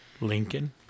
Lincoln